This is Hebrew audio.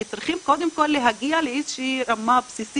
כי צריכים קודם כל להגיע לאיזה שהיא רמה בסיסית